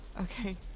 Okay